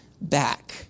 back